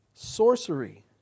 Sorcery